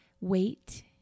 wait